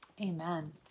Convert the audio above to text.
Amen